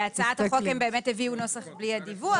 בהצעת החוק הם באמת הביאו נוסח בלי הדיווח.